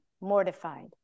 mortified